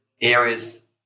Areas